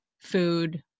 food